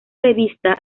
revista